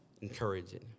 encouraging